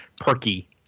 perky